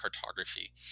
Cartography